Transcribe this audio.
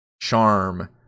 charm